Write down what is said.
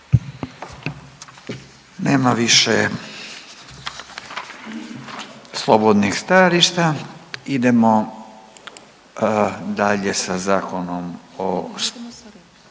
Nema više slobodnih stajališta. Idemo dalje sa Konačnim